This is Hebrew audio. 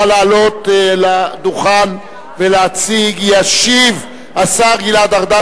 פרישה לא אושרה על-ידי המליאה וירדה מסדר-היום.